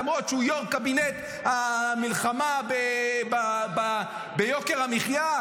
למרות שהוא יו"ר קבינט המלחמה ביוקר המחיה,